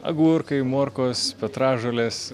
agurkai morkos petražolės